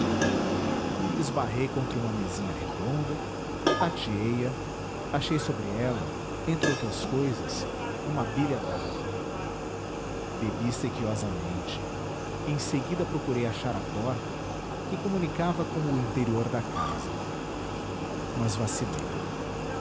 esbarrei contra uma mesinha redonda tateei a achei sobre ela entre outras cousas uma bilha d'água bebi sequiosamente em seguida procurei achar a porta que comunicava com o interior da casa mas vacilei